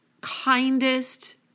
kindest